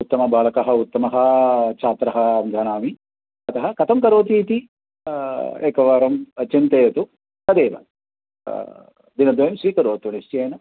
उत्तमबालकः उत्तमः छात्रः अहं जानामि कथं करोति इति एकवारं चिन्तयतु तदेव दिनद्वयं स्वीकरोतु निश्चयेन